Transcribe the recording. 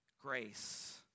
Grace